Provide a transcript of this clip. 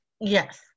Yes